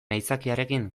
aitzakiarekin